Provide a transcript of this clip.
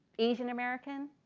asian american?